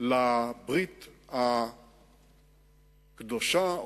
לברית הקדושה,